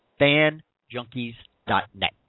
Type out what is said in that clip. FanJunkies.net